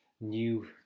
new